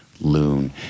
Loon